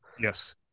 Yes